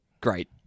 great